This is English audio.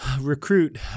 recruit